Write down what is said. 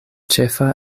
ĉefa